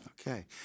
Okay